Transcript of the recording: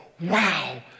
wow